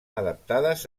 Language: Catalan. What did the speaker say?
adaptades